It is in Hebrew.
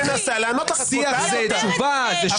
תן לה לדבר.